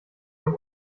ihr